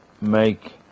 make